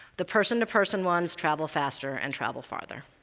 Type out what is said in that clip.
the person-to-person ones travel faster and travel farther,